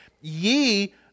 ye